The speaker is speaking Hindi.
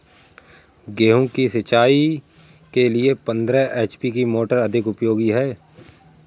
गेहूँ सिंचाई के लिए पंद्रह एच.पी की मोटर अधिक उपयोगी है?